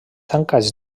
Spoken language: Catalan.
tancats